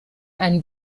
ein